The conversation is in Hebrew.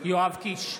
יואב קיש,